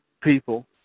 people